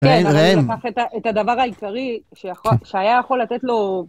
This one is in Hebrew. כן, אני לוקחת את הדבר העיקרי, שהיה יכול לתת לו...